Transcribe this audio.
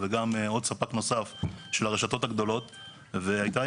וגרסנו אותן בהפחתות ומכרנו אותן כברזל.